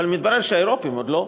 אבל מתברר שהאירופים עוד לא,